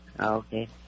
Okay